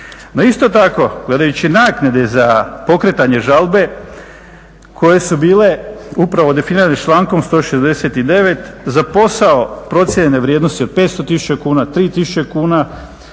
isto tako gledajući naknade za pokretanje žalbe koje su bile upravo definirane člankom 169. za posao procijenjene vrijednosti od 500 tisuća kuna, 3000 kuna